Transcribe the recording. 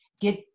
get